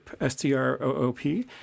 S-T-R-O-O-P